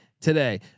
Today